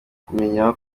kumenya